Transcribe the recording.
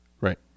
Right